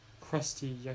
crusty